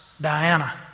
Diana